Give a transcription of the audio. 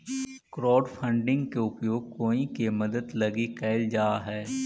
crowdfunding के उपयोग कोई के मदद लगी कैल जा हई